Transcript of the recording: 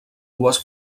dues